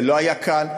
זה לא היה קל.